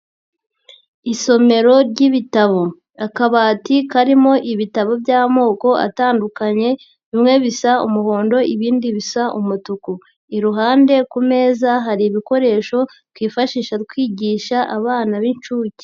Isomero ry'ibitabo, akabati karimo ibitabo by'amoko atandukanye, bimwe bisa umuhondo ibindi bisa umutuku, iruhande ku meza hari ibikoresho twifashisha twigisha abana b'inshuke.